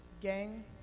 gang